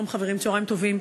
שלום, חברים, צהריים טובים,